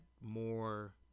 more